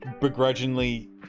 begrudgingly